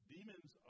Demons